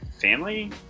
family